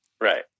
Right